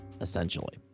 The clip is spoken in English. essentially